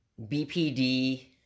BPD